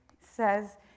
says